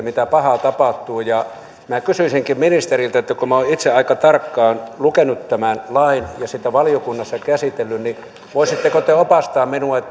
mitä pahaa tapahtuu minä kysyisinkin ministeriltä kun minä olen itse aika tarkkaan lukenut tämän lain ja sitä valiokunnassa käsitellyt että voisitteko te opastaa minua